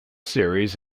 series